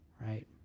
right